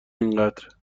اینقدر